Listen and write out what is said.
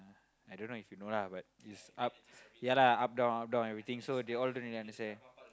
I don't know if you know lah but is up ya lah up down up down everything so they all don't really understand